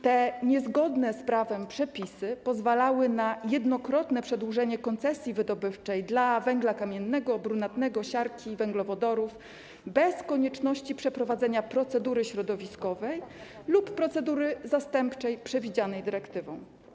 Te niezgodne z prawem przepisy pozwalały na jednokrotne przedłużenie koncesji wydobywczej na węgiel kamienny, brunatny, siarkę, węglowodory bez konieczności przeprowadzenia procedury środowiskowej lub procedury zastępczej przewidzianej dyrektywą.